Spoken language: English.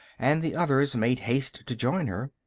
and the others made haste to join her.